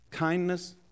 Kindness